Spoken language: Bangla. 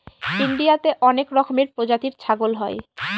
ইন্ডিয়াতে অনেক রকমের প্রজাতির ছাগল হয়